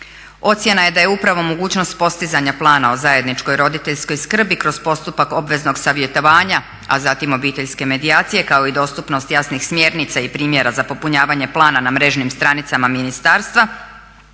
Ocjena je da je upravo mogućnost postizanja plana o zajedničkoj roditeljskoj skrbi kroz postupak obveznog savjetovanja, a zatim obiteljske medijacije kao i dostupnost jasnih smjernica i primjera za popunjavanje plana na mrežnim stranicama ministarstva